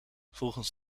volgens